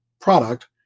product